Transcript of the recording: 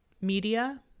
media